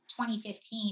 2015